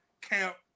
camp